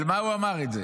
על מה הוא אמר את זה?